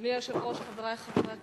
אדוני היושב-ראש, חברי חברי הכנסת,